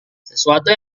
sesuatu